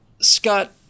Scott